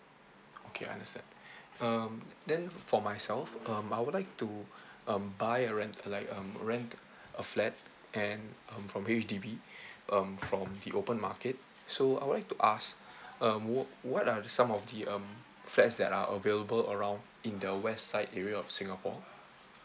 okay understand um then for myself um I would like to um buy a rent~ like um rent a flat and um from H_D_B um from the open market so I would like to ask um w~ what are the some of the um flats that are available around in the westside area of singapore